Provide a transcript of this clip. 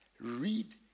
Read